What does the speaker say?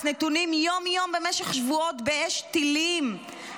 נתונים יום-יום במשך שבועות באש טילים".